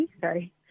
sorry